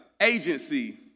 agency